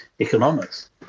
economics